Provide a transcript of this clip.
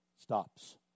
stops